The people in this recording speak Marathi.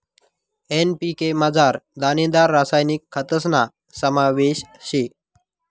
एन.पी.के मझार दानेदार रासायनिक खतस्ना समावेश शे